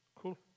Cool